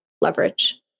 leverage